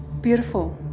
beautiful.